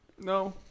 No